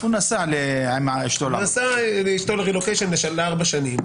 הוא נסע עם אישתו לרילוקיישן לארבע שנים.